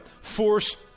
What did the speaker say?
force